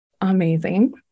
Amazing